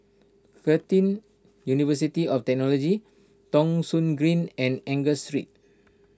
Curtin University of Technology Thong Soon Green and Angus Street